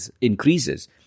increases